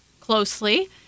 closely